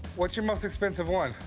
what's your most expensive one?